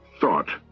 Thought